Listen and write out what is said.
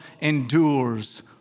endures